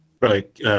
Right